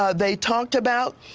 ah they talked about